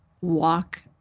walk